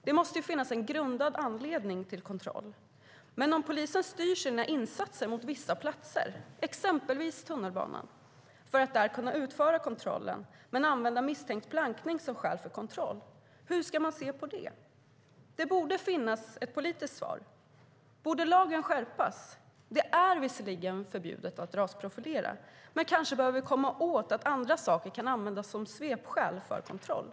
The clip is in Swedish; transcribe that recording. Det måste finnas en grundad anledning till kontroll, men om polisen styr sina insatser mot vissa platser, exempelvis tunnelbanan, för att där kunna utföra kontroller men använda misstänkt plankning som skäl för kontroll, hur ska man se på det? Det borde finnas ett politiskt svar. Borde lagen skärpas? Det är visserligen förbjudet att rasprofilera, men kanske behöver vi komma åt att andra saker kan användas som svepskäl för kontroll.